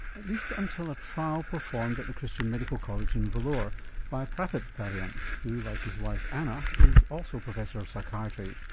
at least until a trial performed at the christian medical college in vellore by prathap tharyan, who like his wife anna, is also professor of psychiatry.